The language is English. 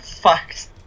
fucked